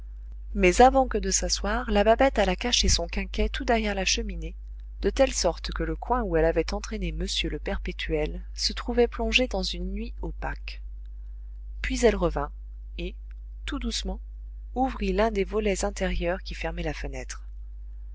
mais avant que de s'asseoir la babette alla cacher son quinquet tout derrière la cheminée de telle sorte que le coin où elle avait entraîné m le perpétuel se trouvait plongé dans une nuit opaque puis elle revint et tout doucement ouvrit l'un des volets intérieurs qui fermaient la fenêtre